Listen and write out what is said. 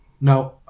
Now